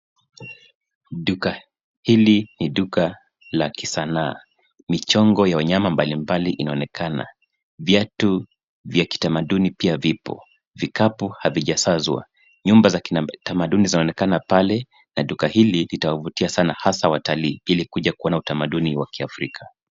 Duka hili ni duka la kisanaa, michongo ya wanyama mbalimbali inaonekana viatu vya kitamaduni pia vipo vikapu havija sazwa nyumba za kitamaduni zinaonekana pale na duka hili litawavutia sana hasa watalii ili kuja kuona utamaduni wa kiafrika.